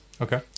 Okay